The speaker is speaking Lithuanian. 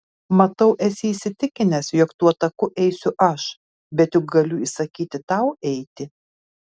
matau esi įsitikinęs jog tuo taku eisiu aš bet juk galiu įsakyti tau eiti